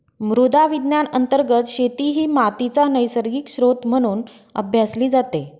मृदा विज्ञान अंतर्गत शेती ही मातीचा नैसर्गिक स्त्रोत म्हणून अभ्यासली जाते